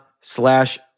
slash